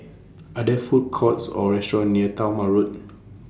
Are There Food Courts Or restaurants near Talma Road